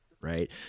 right